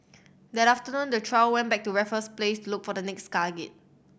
that afternoon the trio went back to Raffles Place to look for the next target